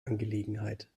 angelegenheit